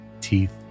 teeth